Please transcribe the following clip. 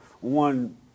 one